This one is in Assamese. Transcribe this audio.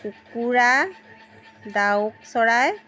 কুকুৰা ডাউক চৰাই